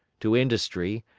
to industry,